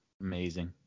Amazing